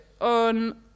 on